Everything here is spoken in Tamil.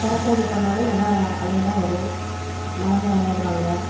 கடற்கரையில் போனாலும் நல்லா அலையெல்லாம் வரும் மணலில் விளையாடுவாங்க